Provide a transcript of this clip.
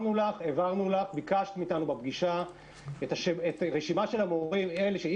ביקשת מאתנו בפגישה את רשימת המורים שיש להם